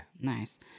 Nice